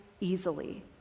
easily